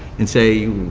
and say,